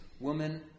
Woman